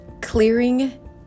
Clearing